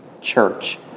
church